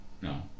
No